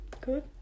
Good